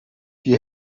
die